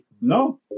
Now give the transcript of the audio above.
No